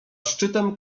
szczytem